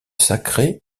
sacrés